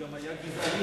הוא גם היה גזעני,